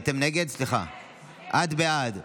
את בעד.